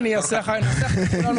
אושר.